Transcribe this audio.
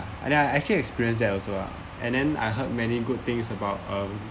and I actually experience that also lah and then I heard many good things about um